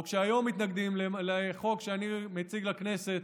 או כשהיום מתנגדים לחוק שאני מציג לכנסת,